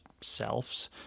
selves